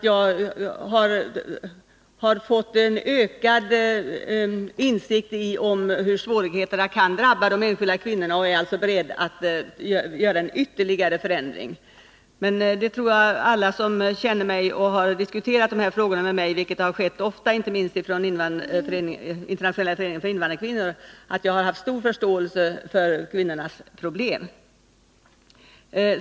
Jag har fått en ökad insikt i hur svårigheterna kan drabba de enskilda kvinnorna, och jag är beredd att göra en ytterligare förändring. Jag tror att alla som känner mig och har diskuterat de här frågorna med mig, vilket har skett ofta, inte minst i Internationella föreningen för invandrarkvinnor, vet att jag har haft stor förståelse för kvinnornas problem.